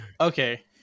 okay